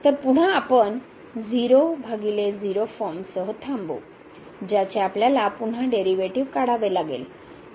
तर पुन्हा आपण 0 0 0 भागिले 0 फॉर्मसह थांबू ज्याचे आपल्याला पुन्हा डेरीवेटीव काढावे लागेल